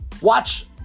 watch